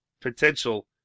potential